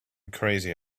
crazy